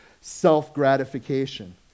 self-gratification